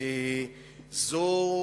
זו,